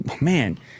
Man